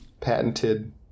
patented